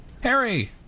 Harry